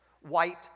white